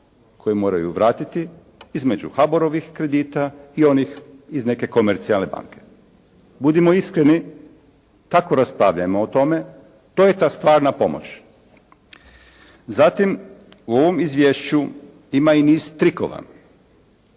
koje moraju vratiti između HABOR-ovih kredita i onih iz neke komercijalne banke. Budimo iskreni, tako raspravljajmo o tome, to je ta stvarna pomoć. Zatim, u ovom Izvješću ima i niz trikova,